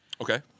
Okay